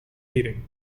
meeting